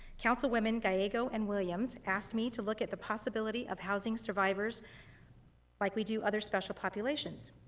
councilwomen gallego and williams asked me to look at the possibility of housing survivors like we do other special populations.